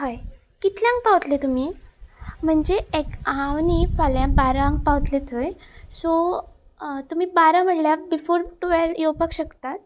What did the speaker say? हय कितल्यांक पावतले तुमी म्हणजे हांव न्ही फाल्यां बारांक पावतले थंय सो तुमी बारा म्हळ्यार बिफोर टुवेल्व येवपाक शकतात